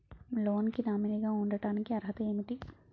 Loan కి nominee గా ఉండటానికి అర్హత ఏమిటి?